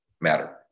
matter